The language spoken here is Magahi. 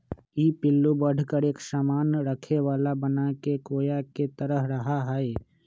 ई पिल्लू बढ़कर एक सामान रखे वाला बनाके कोया के तरह रहा हई